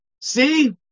See